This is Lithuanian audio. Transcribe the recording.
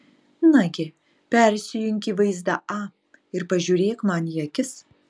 nagi persijunk į vaizdą a ir pažiūrėk man į akis